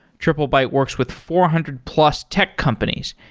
triplebyte works with four hundred plus tech companies,